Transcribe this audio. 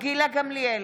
גילה גמליאל,